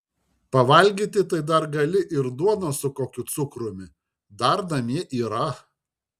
pavalgyti tai dar gali ir duonos su kokiu cukrumi dar namie yra